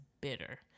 bitter